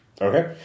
Okay